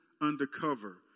undercover